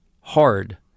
hard